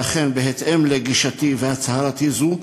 ואכן, בהתאם לגישתי ולהצהרתי זו,